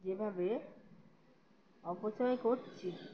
যেভাবে অপচয় করছি